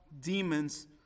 demons